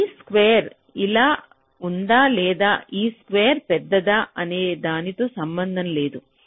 ఇది స్క్వేర్ ఇలా ఉందా లేదా ఈ స్క్వేర్ పెద్దదా అనే దానితో సంబంధం లేదు